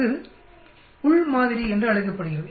அது உள் மாதிரி என்று அழைக்கப்படுகிறது